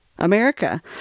America